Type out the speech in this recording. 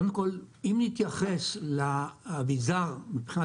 קודם כל אם נתייחס לאביזר מבחינה